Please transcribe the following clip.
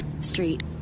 Street